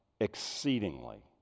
exceedingly